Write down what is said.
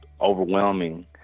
overwhelming